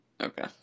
Okay